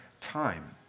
time